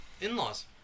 in-laws